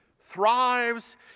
thrives